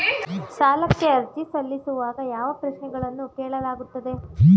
ಸಾಲಕ್ಕೆ ಅರ್ಜಿ ಸಲ್ಲಿಸುವಾಗ ಯಾವ ಪ್ರಶ್ನೆಗಳನ್ನು ಕೇಳಲಾಗುತ್ತದೆ?